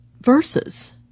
verses